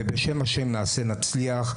ובשם השם נעשה ונצליח.